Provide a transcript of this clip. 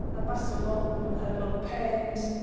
ambassador bolton had looked pained,